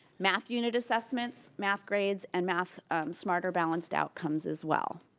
math unit assessments, math grades, and math smarter balanced outcomes, as well.